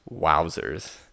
Wowzers